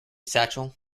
satchel